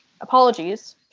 apologies